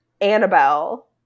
Annabelle